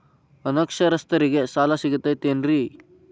ಅನಕ್ಷರಸ್ಥರಿಗ ಸಾಲ ಸಿಗತೈತೇನ್ರಿ?